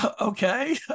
okay